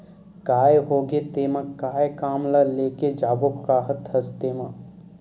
काय होगे तेमा काय काम ल लेके जाबो काहत हस तेंमा?